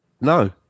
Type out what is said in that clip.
no